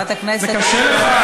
נורא פשוט,